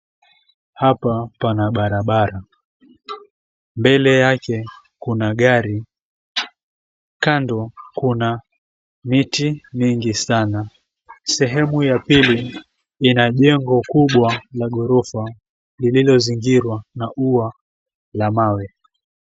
Hapa pana barabara, mbele yake kuna gari, kando kuna miti mingi sana sehemu ya pili inajengo kubwa la ghorofa lililoizingirwa na ua la mawe.